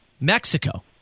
Mexico